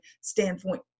standpoint